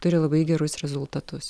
turi labai gerus rezultatus